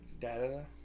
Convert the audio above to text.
data